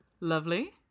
Lovely